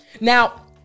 Now